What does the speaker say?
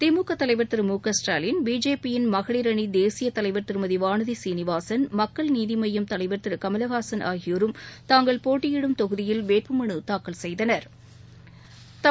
திமுக தலைவர் திரு மு க ஸ்டாலின் பிஜேபி யின் மகளிர் அணி தேசிய தலைவர் திருமதி வானதி சீனிவாசன் மக்கள் நீதி மய்யம் தலைவர் திரு கமலஹாசன் ஆகியோரும் தாங்கள் போட்டியிடும் தொகுதியில் வேட்புமனு தாக்கல் செய்தனா்